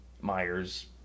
Myers